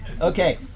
Okay